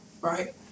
right